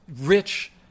rich